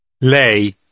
Lei